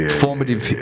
formative